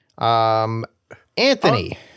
Anthony